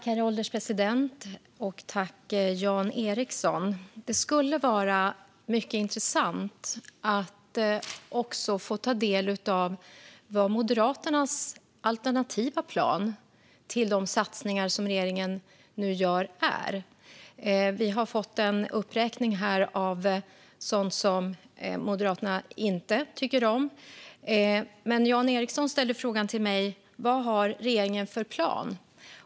Herr ålderspresident! Det skulle vara mycket intressant att också få ta del av vad Moderaternas alternativa plan till de satsningar som regeringen nu gör är. Vi har fått en uppräkning av sådant som Moderaterna inte tycker om. Men Jan Ericson frågade mig vad regeringen har för plan.